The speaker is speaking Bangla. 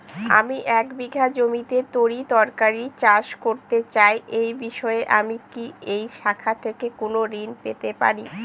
আমি এক বিঘা জমিতে তরিতরকারি চাষ করতে চাই এই বিষয়ে আমি কি এই শাখা থেকে কোন ঋণ পেতে পারি?